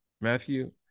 Matthew